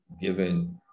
given